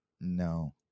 No